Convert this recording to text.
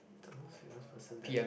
the most famous person that